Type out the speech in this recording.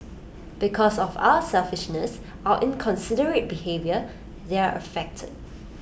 because of our selfishness our inconsiderate behaviour they're affected